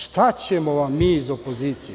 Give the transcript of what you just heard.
Šta ćemo vam mi iz opozicije?